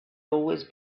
always